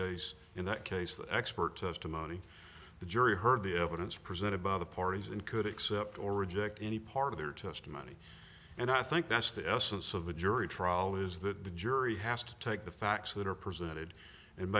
case in that case the expert testimony the jury heard the evidence presented by the parties and could accept or reject any part of their testimony and i think that's the essence of a jury trial is that the jury has to take the facts that are presented and